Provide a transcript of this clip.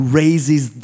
raises